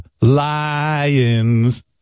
lions